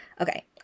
Okay